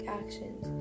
actions